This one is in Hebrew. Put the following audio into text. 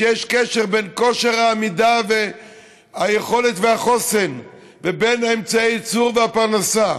יש קשר בין כושר העמידה והיכולת והחוסן ובין אמצעי הייצור והפרנסה,